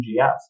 NGS